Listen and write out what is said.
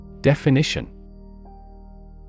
Definition